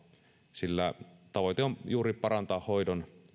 sillä tavoite on juuri parantaa hoidon